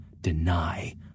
deny